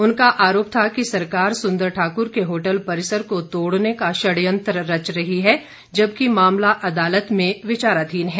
उनका आरोप था कि सरकार सुंदर ठाकुर के होटल परिसर को तोड़ने का षड्यंत्र रच रही है जबकि मामला अदालत में विचाराधीन है